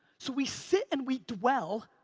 so we sit and we dwell,